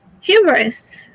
humorous